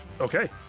Okay